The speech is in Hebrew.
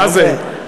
מה זה?